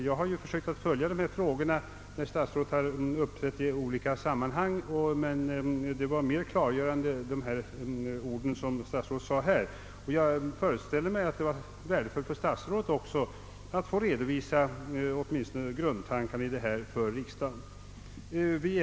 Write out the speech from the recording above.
Jag har försökt följa dessa frågor när statsrådet uppträtt i olika sammanhang, men de ord som statsrådet sade här var mera klargörande, och jag föreställer mig att det var värdefullt också för statsrådet att få redovisa åtminstone grundtankarna i detta för riksdagen.